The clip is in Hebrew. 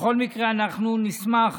בכל מקרה, אנחנו נשמח